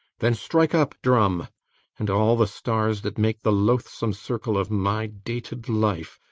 then strike up, drum and all the stars that make the loathsome circle of my dated life,